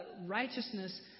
righteousness